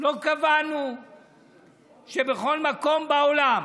לא קבענו שבכל מקום בעולם